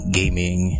gaming